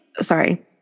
sorry